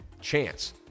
chance